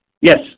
Yes